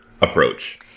approach